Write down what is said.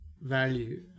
value